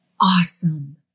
Awesome